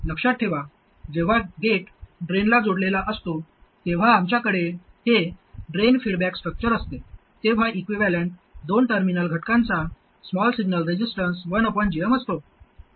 लक्षात ठेवा जेव्हा गेट ड्रेनला जोडलेला असतो तेव्हा आमच्याकडे हे ड्रेन फीडबॅक स्ट्रक्चर असते तेव्हा इक्विव्हॅलेंट दोन टर्मिनल घटकांचा स्मॉल सिग्नल रेसिस्टन्स 1 gm असतो